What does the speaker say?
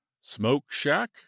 Smoke-shack